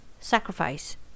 sacrifice